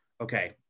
okay